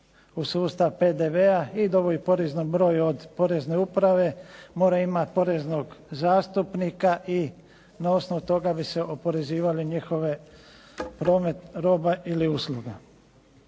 u sustav PDV i …/Govornik se ne razumije./… broju od porezne uprave moraju imati poreznog zastupnika i na osnovu toga bi se oporezivali njihove robe ili usluge.